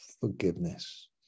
forgiveness